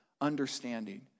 understanding